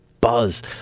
buzz